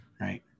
right